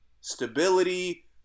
Stability